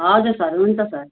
हजुर सर हुन्छ सर